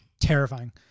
Terrifying